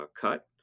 cut